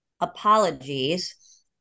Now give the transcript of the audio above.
apologies